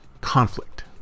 conflict